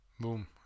boom